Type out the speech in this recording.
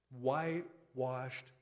Whitewashed